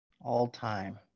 All-time